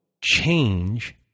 change